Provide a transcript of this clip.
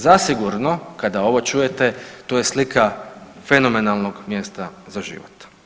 Zasigurno kada ovo čujete to je slika fenomenalnog mjesta za život.